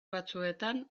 batzuetan